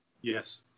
yes